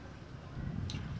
ಉತ್ಪನ್ನ ಯಾವ ಹಂತದಾಗ ಮಾಡ್ಬೇಕ್?